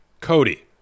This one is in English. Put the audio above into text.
Cody